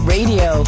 Radio